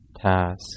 task